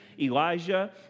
Elijah